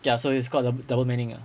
ya so it's called dou~ double meaning ah